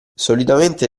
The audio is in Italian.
solitamente